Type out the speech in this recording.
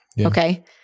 Okay